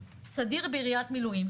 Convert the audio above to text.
סדיר בראיית מילואים,